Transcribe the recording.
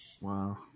Wow